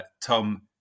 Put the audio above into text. Tom